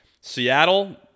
Seattle